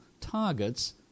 targets